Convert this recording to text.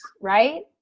right